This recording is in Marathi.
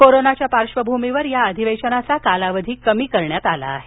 कोरोनाच्या पार्श्वभूमीवर या अधिवेशनाचा कालावधी कमी करण्यात आला आहे